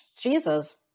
Jesus